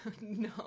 No